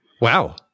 Wow